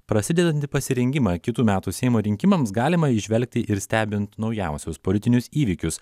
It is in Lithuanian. prasidedantį pasirengimą kitų metų seimo rinkimams galima įžvelgti ir stebint naujausius politinius įvykius